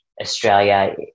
Australia